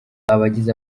abagize